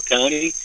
County